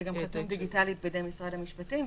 זה גם חתום דיגיטלית בידי משרד המשפטים,